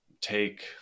take